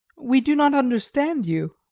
we do not understand you.